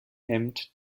hemmt